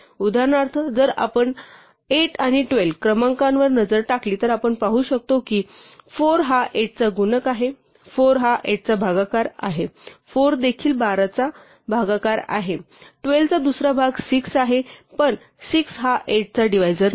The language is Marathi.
उदाहरणार्थ जर आपण 8 आणि 12 क्रमांकावर नजर टाकली तर आपण पाहू शकतो की 4 हा 8 चा गुणक आहे 4 हा 8 चा भागाकार आहे 4 देखील 12 चा भागाकार आहे 12 चा दुसरा भाग 6 आहे पण 6 हा 8 चे डिव्हायजर नाही